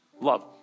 love